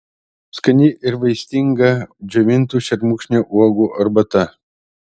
skani ir vaistinga džiovintų šermukšnio uogų arbata